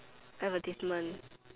advertisement